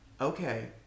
Okay